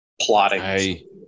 plotting